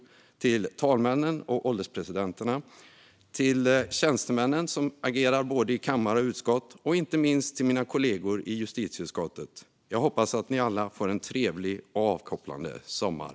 Tack till talmännen, ålderspresidenterna, tjänstemännen i kammare och utskott och inte minst mina kollegor i justitieutskottet! Jag hoppas att ni alla får en trevlig och avkopplande sommar!